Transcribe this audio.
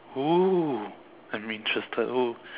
who I'm interested who